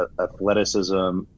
athleticism